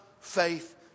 faith